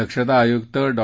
दक्षता आयुक्त डॉ